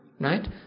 Right